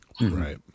Right